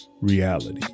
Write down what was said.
reality